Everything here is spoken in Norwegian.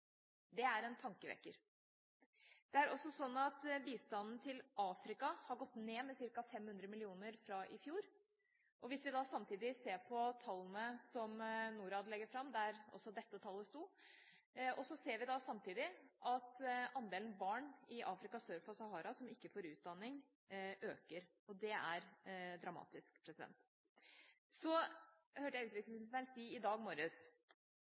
Det er en tankevekker. Det et også slik at bistanden til Afrika har gått ned med ca. 500 mill. kr fra i fjor. Hvis vi samtidig ser på tallene som Norad legger fram – der også dette tallet sto – ser vi samtidig at andelen barn i Afrika sør for Sahara som ikke får utdanning, øker. Det er dramatisk. Så hørte jeg utviklingsministeren si i dag